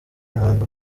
ahanga